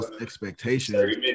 expectations